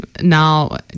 now